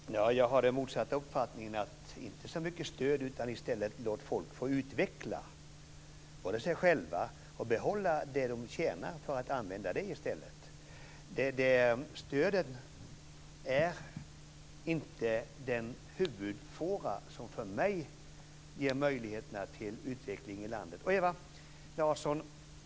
Fru talman! Jag har den motsatta uppfattningen. Vi ska inte ha så mycket stöd utan låt folk utveckla sig själva och behålla det de tjänar och använda det i stället. Stödet är inte för mig den huvudfåra som ger möjlighet till utveckling i landet.